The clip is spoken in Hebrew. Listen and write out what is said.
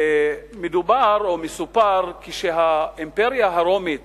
מדובר או מסופר שכשהאימפריה הרומית